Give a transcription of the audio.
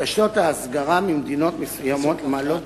בקשות ההסגרה ממדינות מסוימות מעלות